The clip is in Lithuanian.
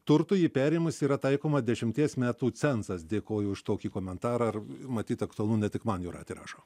turtu jį perėmus yra taikomas dešimties metų cenzas dėkoju už tokį komentarą ar matyt aktualu ne tik man jūratė rašo